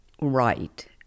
Right